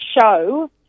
show